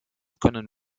können